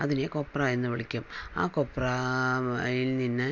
അതിനെ കൊപ്ര എന്ന് വിളിക്കും ആ കൊപ്രയിൽ നിന്ന്